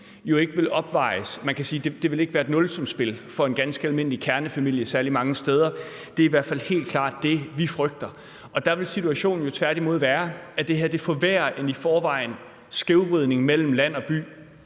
jo ikke vil opveje det. Eller man kan sige: Det vil ikke være et nulsumsspil for en ganske almindelig kernefamilie særlig mange steder i landet. Det er i hvert fald helt klart det, vi frygter. Situationen vil jo tværtimod være, at det her forværrer en skævvridning, der i forvejen er mellem land og by.